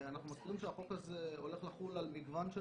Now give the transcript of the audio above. אנחנו מזכירים שהחוק הזה הולך לחול על מגוון של